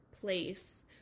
place